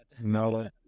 No